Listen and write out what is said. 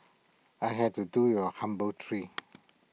I had to do you A humble tree